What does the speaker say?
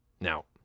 Now